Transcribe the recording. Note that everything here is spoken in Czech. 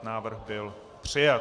Návrh byl přijat.